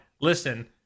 listen